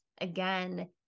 again